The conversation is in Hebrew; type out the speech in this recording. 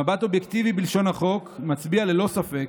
מבט אובייקטיבי בלשון החוק מצביע ללא ספק